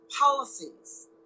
policies